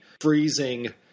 freezing